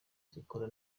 zikora